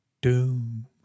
doom